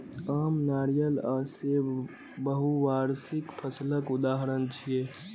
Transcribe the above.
आम, नारियल आ सेब बहुवार्षिक फसलक उदाहरण छियै